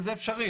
וזה אפשרי.